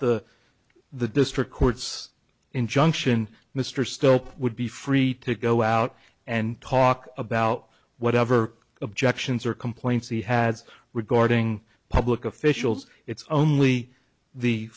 the the district court's injunction mr stoke would be free to go out and talk about whatever objections or complaints he had regarding public officials it's only the